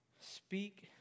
speak